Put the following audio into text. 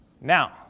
Now